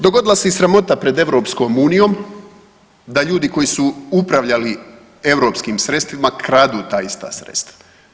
Dogodila se i sramota pred EU da ljudi koji su upravljali europskim sredstvima kradu ta ista sredstva.